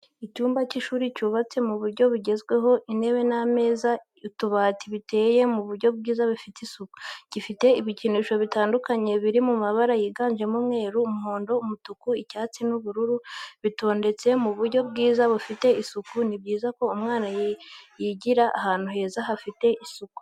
Icyumba cy'ishuri cyubatse mu buryo bugezweho intebe n'ameza utubati biteye mu buryo bwiza bifite isuku, gifite ibikinisho bitandukanye biri mabara yiganjemo umweru, umuhondo, umutuku, icyatsi n'ubururu bitondetse mu buryo bwiza bufite isuku. Ni byiza ko umwana yigira ahantu heza hafite isuku.